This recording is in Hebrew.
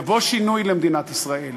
יבוא שינוי למדינת ישראל,